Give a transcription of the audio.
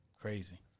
Crazy